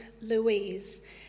Louise